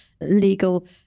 legal